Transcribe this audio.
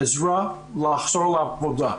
עזרה לחזור לעבודה.